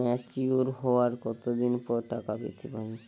Mature হওয়ার কত দিন পর টাকা পেতে পারি?